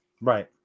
right